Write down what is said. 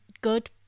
good